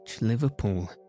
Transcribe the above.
Liverpool